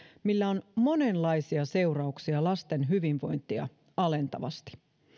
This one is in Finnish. millä on monenlaisia seurauksia lasten hyvinvointia alentavasti